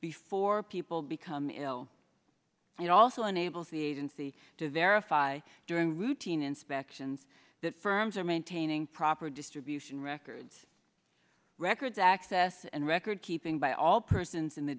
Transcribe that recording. before people become ill and it also enables the agency to verify during routine inspections that firms are maintaining proper distribution records records access and record keeping by all persons in the